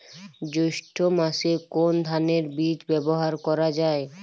জৈষ্ঠ্য মাসে কোন ধানের বীজ ব্যবহার করা যায়?